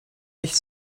nicht